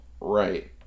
Right